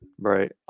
Right